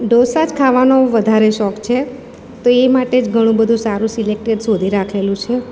ઢોંસા જ ખાવાનો વધારે શોખ છે તો એ માટે જ ઘણું બધું સારું સિલેક્ટેડ શોધી રાખેલું છે